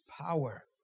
power